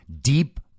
deep